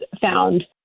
found